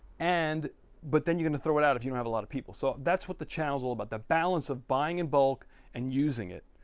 and but then you're gonna throw it out if you don't have a lot of people so that's what the channels all about the balance of buying in bulk and using it.